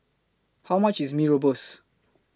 How much IS Mee Rebus